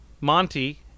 Monty